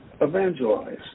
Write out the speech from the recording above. evangelize